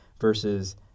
versus